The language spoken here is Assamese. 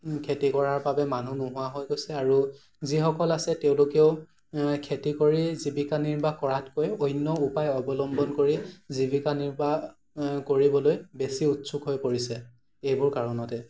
খেতি কৰাৰ বাবে মানুহ নোহোৱা হৈ গৈছে আৰু যিসকল আছে তেওঁলোকেও খেতি কৰি জীৱিকা নিৰ্বাহ কৰাতকৈ অন্য উপায় অৱলম্বন কৰি জীৱিকা নিৰ্বাহ কৰিবলৈ বেছি উৎসুক হৈ পৰিছে এইবোৰ কাৰণতে